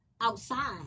outside